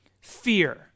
fear